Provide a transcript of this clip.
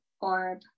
orb